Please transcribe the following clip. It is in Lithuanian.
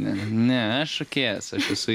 ne aš šokėjas aš esu